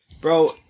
bro